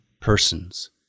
persons